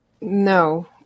No